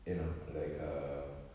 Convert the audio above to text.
you know like err